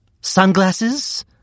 Sunglasses